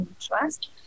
Trust